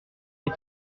est